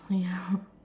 oh ya